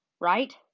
Right